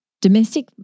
domestic